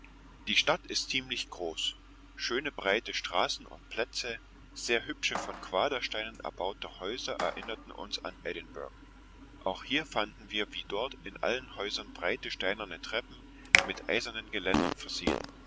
die stadt ist ziemlich groß schöne breite straßen und plätze sehr hübsche von quadersteinen erbaute häuser erinnerten uns an edinburgh auch hier fanden wir wie dort in allen häusern breite steinerne treppen mit eisernen geländern versehen